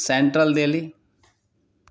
central Delhi